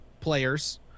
players